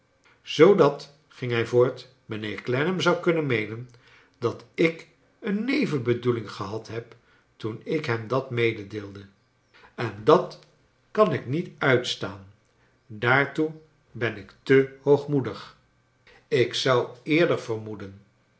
zoodat ging hij voort mijnheer clennam zou kunnen meenen dat ik een nevenbedoeling gehad heb toen ik hem dat meedeelde en dat kan ik niet uitstaan daartoe ben ik te hoognioedig ik zou eerder vermoeden